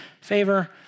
favor